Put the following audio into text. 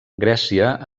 grècia